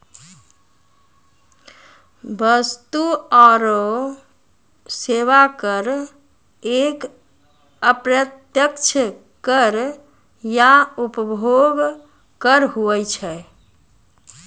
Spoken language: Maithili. वस्तु आरो सेवा कर एक अप्रत्यक्ष कर या उपभोग कर हुवै छै